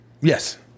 Yes